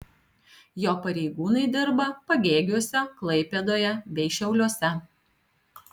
jo pareigūnai dirba pagėgiuose klaipėdoje bei šiauliuose